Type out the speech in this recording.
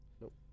Nope